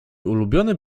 ulubiony